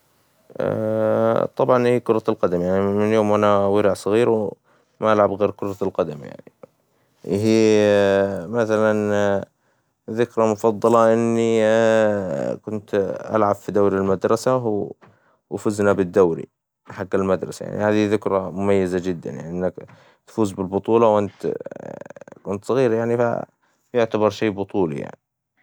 طبعاً هى كرة القدم من يوم أنا ورع صغير ما ألعب غير كرة القدم يعنى ، هى مثلاً ذكرى مفظلة إنى كنت العب فى دورى المدرسة وفزنا بالدورى حق المدرسة يعنى ، هذى ذكرى مميزة جداً يعنى إنك تفوز بالبطولة وانت صغير يعتبر شى بطولى يعنى.